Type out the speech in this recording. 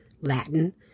Latin